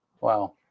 Wow